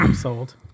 Sold